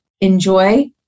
enjoy